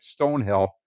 Stonehill